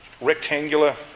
rectangular